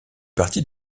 partie